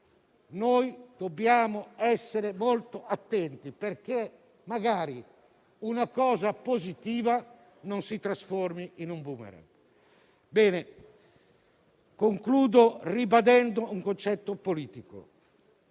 Noi dobbiamo stare molto attenti affinché una misura positiva non si trasformi in un *boomerang*. Concludo ribadendo un concetto politico.